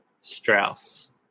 Strauss